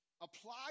apply